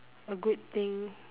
a good thing